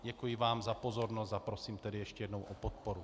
Děkuji vám za pozornost, a prosím tedy ještě jednou o podporu.